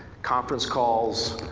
conference calls,